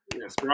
Yes